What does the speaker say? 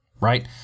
right